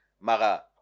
Maga